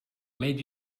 made